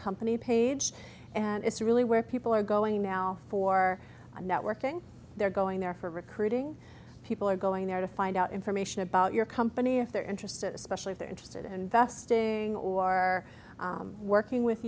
company page and it's really where people are going now for networking they're going there for recruiting people are going there to find out information about your company if they're interested especially if they're interested in investing or working with